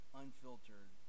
unfiltered